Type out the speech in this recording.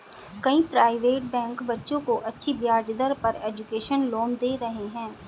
कई private bank बच्चों को अच्छी ब्याज दर पर एजुकेशन लोन दे रहे है